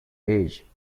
age